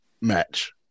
match